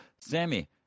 Sammy